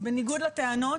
בניגוד לטענות,